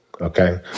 Okay